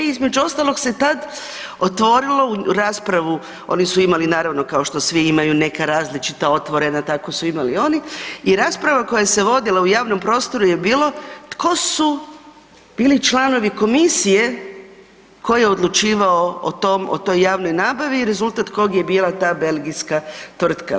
Između ostalog se tad otvorilo u raspravu, oni su imali naravno kao što svi imaju neka različita otvorena, tako su imali i oni i rasprava koja se vodila u javnom prostoru je bilo tko su bili članovi komisije koji je odlučivao o tom, o toj javnoj nabavi i rezultat od kog je bila ta belgijska tvrtka.